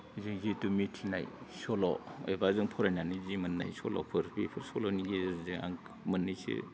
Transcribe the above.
जितु मिथिनाय सल' बे बा जों फरायनानै जि मोननाय सल'फोर बेफोर सल'नि गेजेरजों आं मोननैसो